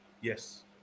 Yes